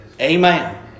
Amen